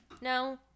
No